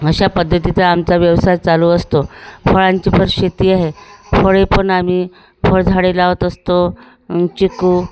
अशा पद्धतीचा आमचा व्यवसाय चालू असतो फळांची फळशेती आहे फळे पण आम्ही फळझाडे लावत असतो चिक्कू